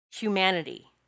Humanity